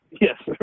Yes